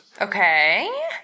Okay